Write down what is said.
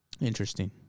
interesting